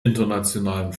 internationalen